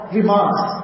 remarks